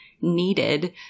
needed